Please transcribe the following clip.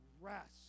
rest